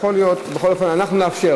היום עוד?